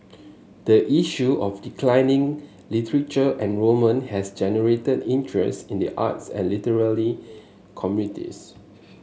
the issue of declining literature enrolment has generated interest in the arts and literary communities